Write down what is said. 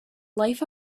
life